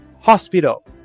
Hospital